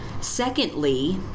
Secondly